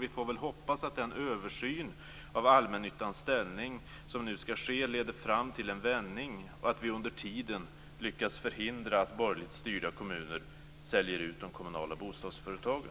Vi får väl hoppas att den översyn av allmännyttans ställning som nu skall ske leder fram till en vändning och att vi under tiden lyckas förhindra att borgerligt styrda kommuner säljer ut de kommunala bostadsföretagen.